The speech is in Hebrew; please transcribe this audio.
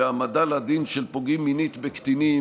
בהעמדה לדין של פוגעים מינית בקטינים,